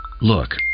Look